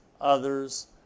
others